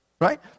Right